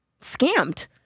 scammed